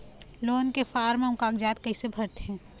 Loan के form अऊ कागजात कइसे भरथें?